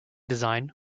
design